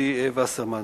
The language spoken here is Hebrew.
ג'ודי וסרמן.